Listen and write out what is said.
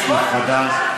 כנסת נכבדה,